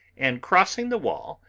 and crossing the wall,